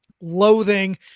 loathing